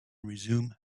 resume